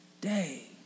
day